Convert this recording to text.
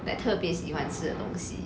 like 特别喜欢吃的东西